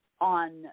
on